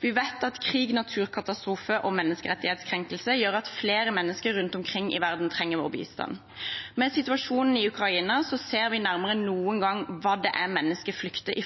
Vi vet at krig, naturkatastrofer og menneskerettighetskrenkelser gjør at flere mennesker rundt omkring i verden trenger vår bistand. Med situasjonen i Ukraina ser vi nærmere enn noen gang hva det er mennesker flykter